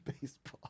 Baseball